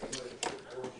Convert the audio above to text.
אין הצבעה מרחוק,